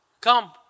come